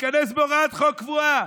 להיכנס בהוראת חוק קבועה,